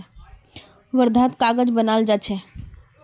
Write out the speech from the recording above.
वर्धात कागज बनाल जा छे